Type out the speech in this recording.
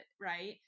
right